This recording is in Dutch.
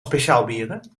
speciaalbieren